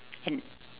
and